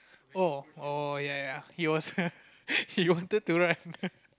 oh oh ya ya he was he wanted to ride the